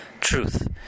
truth